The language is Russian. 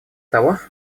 того